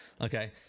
okay